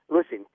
Listen